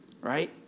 Right